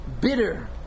bitter